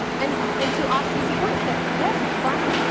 and and to austin's point that yes, farmers,